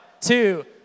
two